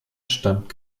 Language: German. stand